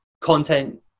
content